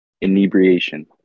Inebriation